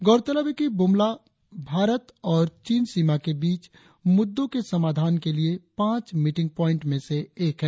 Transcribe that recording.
गौरतलब है कि बोमला भारत और चीन सीमा के बीच मुद्दों के समाधान के लिए पांच मीटिंग प्वाईंट में से एक है